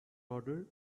order